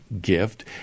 gift